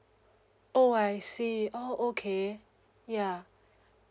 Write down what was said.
oh I see oh okay ya